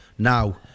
Now